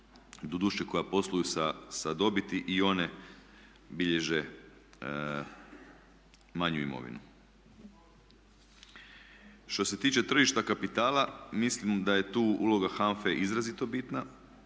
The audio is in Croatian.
doduše koja posluju sa dobiti i one bilježe manju imovinu. Što se tiče tržišta kapitala mislim da je tu uloga HANFA-e izrazito bitna.